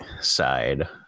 side